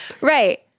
Right